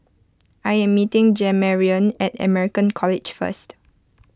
I am meeting Jamarion at American College first